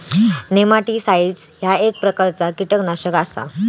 nematicides ह्या एक प्रकारचा कीटकनाशक आसा